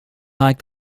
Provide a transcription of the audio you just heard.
like